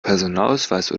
personalausweis